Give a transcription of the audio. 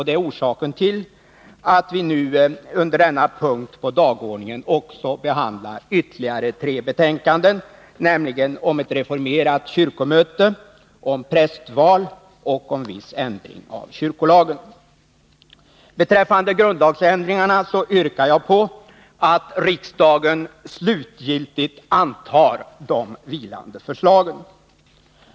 Det är orsaken till att vi under denna punkt på dagordningen också behandlar ytterligare tre betänkanden, nämligen betänkandena om ett reformerat kyrkomöte, om prästval och om viss ändring av kyrkolagen. Beträffande grundlagsändringarna yrkar jag på att riksdagen slutgiltigt antar de vilande förslagen.